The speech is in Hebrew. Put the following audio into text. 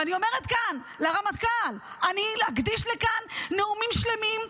ואני אומרת כאן לרמטכ"ל: אני אקדיש כאן נאומים שלמים,